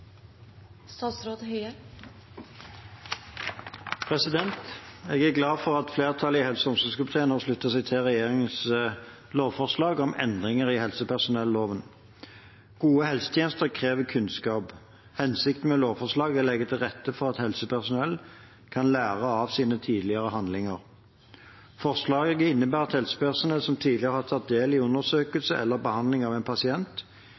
glad for at flertallet i helse- og omsorgskomiteen har sluttet seg til regjeringens lovforslag om endringer i helsepersonelloven. Gode helsetjenester krever kunnskap. Hensikten med lovforslaget er å legge til rette for at helsepersonell kan lære av sine tidligere handlinger. Forslaget innebærer at helsepersonell som tidligere har tatt del i undersøkelse eller behandling av en pasient,